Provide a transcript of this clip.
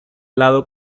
lado